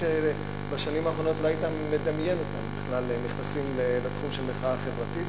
שבשנים האחרונות לא היית מדמיין אותם בכלל נכנסים לתחום של מחאה חברתית,